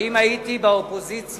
שאם הייתי באופוזיציה,